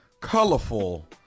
Colorful